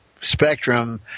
spectrum